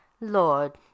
lord